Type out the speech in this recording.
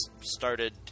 Started